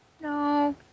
No